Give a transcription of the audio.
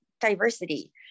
diversity